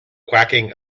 quacking